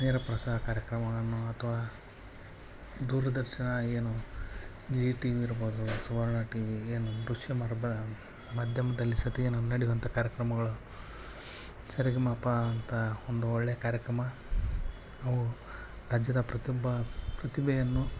ನೇರಪ್ರಸಾರ ಕಾರ್ಯಕ್ರಮಗಳನ್ನು ಅಥ್ವಾ ದೂರದರ್ಶನ ಏನು ಜೀ ಟಿವಿ ಇರ್ಬೋದು ಸುವರ್ಣ ಟಿವಿ ಏನು ದೃಶ್ಯ ಮಾರ್ಬ ಮಾಧ್ಯಮದಲ್ಲಿ ಸತ ಏನು ನಡೆಯುವಂಥ ಕಾರ್ಯಕ್ರಮಗಳು ಸರಿಗಮಪ ಅಂತ ಒಂದು ಒಳ್ಳೆಯ ಕಾರ್ಯಕ್ರಮ ಅವು ರಾಜ್ಯದ ಪ್ರತಿಯೊಬ್ಬ ಪ್ರತಿಭೆಯನ್ನು